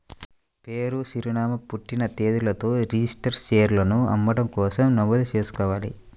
పేరు, చిరునామా, పుట్టిన తేదీలతో రిజిస్టర్డ్ షేర్లను అమ్మడం కోసం నమోదు చేసుకోవాలి